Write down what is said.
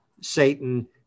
Satan